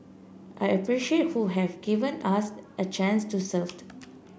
I appreciate who have given us a chance to served